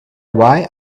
why